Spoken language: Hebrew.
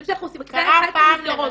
זה מה שאנחנו עושים -- קרה פעם למשל